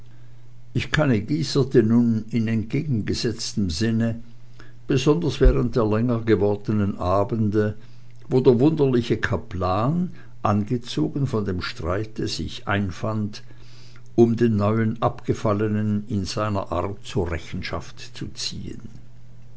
ich kannegießerte nun in entgegengesetztem sinne besonders während der länger gewordenen abende wo der wunderliche kaplan angezogen von dem streite sich einfand um den neuen abgefallenen in seiner art zur rechenschaft zu ziehen